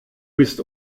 bist